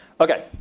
Okay